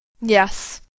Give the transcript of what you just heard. Yes